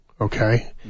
okay